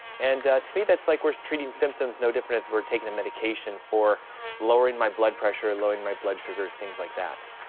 and to me that's like we're treating symptoms no different if we're taking a medication for lowering my blood pressure lowering my blood sugars, things like that.